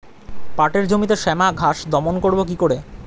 পাটের জমিতে শ্যামা ঘাস দমন করবো কি করে?